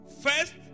First